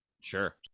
Sure